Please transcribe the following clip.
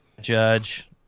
judge